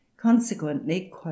Consequently